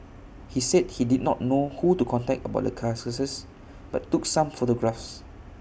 he said he did not know who to contact about the carcasses but took some photographs